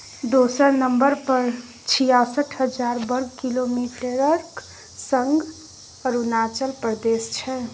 दोसर नंबर पर छियासठ हजार बर्ग किलोमीटरक संग अरुणाचल प्रदेश छै